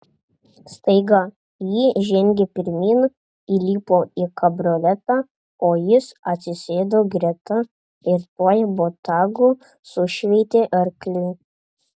staiga ji žengė pirmyn įlipo į kabrioletą o jis atsisėdo greta ir tuoj botagu sušveitė arkliui